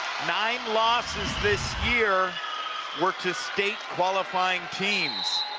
nine losses this year were to state-qualifying teams.